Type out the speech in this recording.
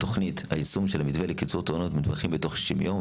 תכונית היישום של המתווה לקיצור תורנויות המתמחים בתוך 60 יום,